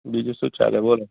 બીજું શું ચાલે બોલો